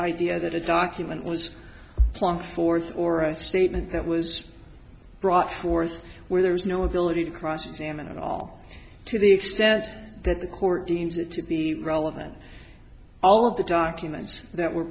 idea that a document was flung forth or a statement that was brought forth where there was no ability to cross examine at all to the extent that the court deems it to be relevant all of the documents that were